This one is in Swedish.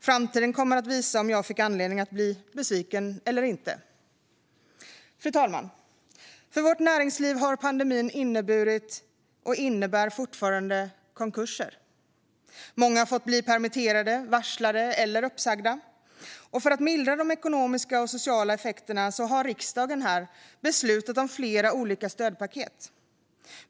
Framtiden kommer att visa om jag får anledning att bli besviken eller inte. Fru talman! För vårt näringsliv har pandemin inneburit, och innebär fortfarande, konkurser. Många har blivit permitterade, varslade eller uppsagda. För att mildra de ekonomiska och sociala effekterna har riksdagen beslutat om flera olika stödpaket.